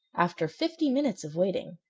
after fifty minutes of waiting,